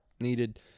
needed